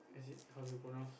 is it how to pronounce